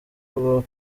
kubaho